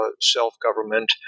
self-government